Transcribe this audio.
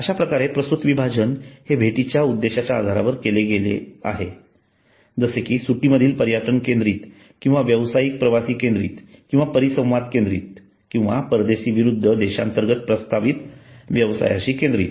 अश्याप्रकारे प्रस्तुत विभाजन हे भेटीच्या उद्देशाच्या आधारावर केले गेले आहे जसे की सुट्टीमधील पर्यटन केंद्रित किंवा व्यावसायिक प्रवासी केंद्रित किंवा परिसंवाद केंद्रित किंवा परदेशी विरुद्ध देशांतर्गत प्रस्तावित व्यवसायाशी केन्द्रित